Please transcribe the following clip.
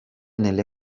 nelle